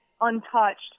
untouched